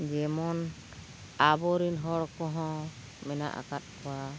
ᱡᱮᱢᱚᱱ ᱟᱵᱚᱨᱮᱱ ᱦᱚᱲ ᱠᱚᱦᱚᱸ ᱢᱮᱱᱟᱜ ᱟᱠᱟᱫ ᱠᱚᱣᱟ